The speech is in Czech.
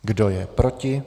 Kdo je proti?